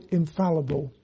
infallible